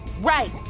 Right